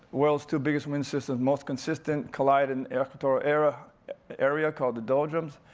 world's two biggest wind systems, most consistent colliding equatorial area area called the doldrums,